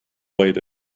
waited